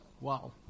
wow